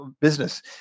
business